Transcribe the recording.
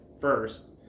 First